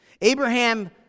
Abraham